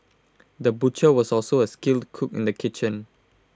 the butcher was also A skilled cook in the kitchen